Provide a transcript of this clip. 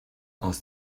aus